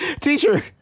Teacher